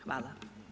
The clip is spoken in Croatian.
Hvala.